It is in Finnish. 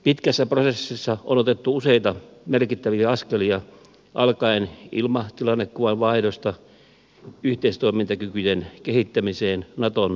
pitkässä prosessissa on otettu useita merkittäviä askelia alkaen ilmatilannekuvan vaihdosta yhteistoimintakykyjen kehittämiseen naton ilmapuolustuksen kanssa